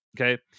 okay